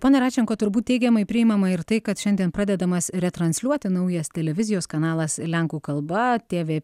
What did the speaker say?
ponia račenko turbūt teigiamai priimama ir tai kad šiandien pradedamas retransliuoti naujas televizijos kanalas lenkų kalba tv